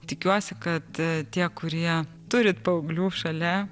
tikiuosi kad tie kurie turit paauglių šalia